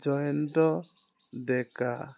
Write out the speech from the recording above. Jayanta Deka